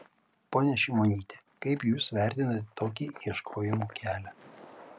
ponia šimonyte kaip jūs vertinate tokį ieškojimų kelią